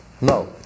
no